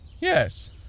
Yes